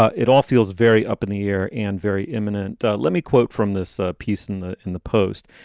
ah it all feels very up in the air and very imminent. let me quote from this ah piece in the in the post.